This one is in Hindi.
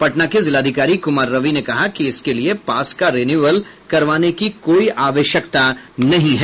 पटना के जिलाधिकारी कुमार रवि ने कहा कि इसके लिए पास का रिन्यूअल करवाने की कोई आवश्यकता नहीं है